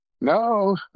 no